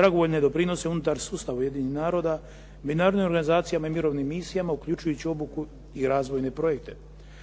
dragovoljne doprinose unutar sustava Ujedinjenih naroda, međunarodnim organizacijama i mirovnim misijama, uključujući obuku i razvojne projekte.